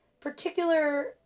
particular